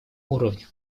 уровне